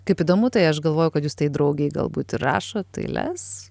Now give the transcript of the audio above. kaip įdomu tai aš galvoju kad jūs tai draugei galbūt ir rašot eiles